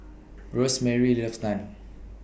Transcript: Rosemary loves Naan